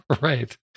Right